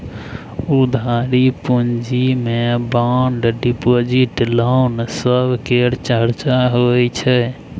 उधारी पूँजी मे बांड डिपॉजिट, लोन सब केर चर्चा होइ छै